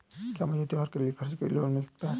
क्या मुझे त्योहार के खर्च के लिए लोन मिल सकता है?